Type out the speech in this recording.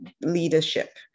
leadership